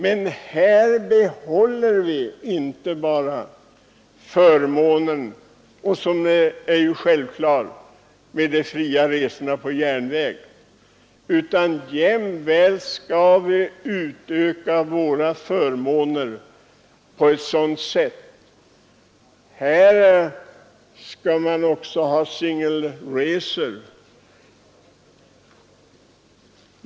Här i riksdagen behåller vi emellertid inte bara förmånerna och betraktar de fria resorna på järnväg som någonting självklart, utan vi skall jämväl utöka förmånerna. Nu vill man också utvidga rätten att begagna singel sovkupé.